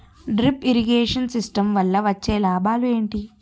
Drip irrigation system వల్ల వచ్చే లాభాలు ఏంటి?